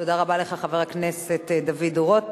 תודה רבה לך, חבר הכנסת דוד רותם.